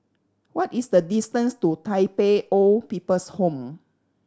what is the distance to Tai Pei Old People's Home